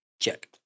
Check